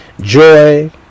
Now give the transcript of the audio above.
joy